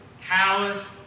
callous